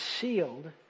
sealed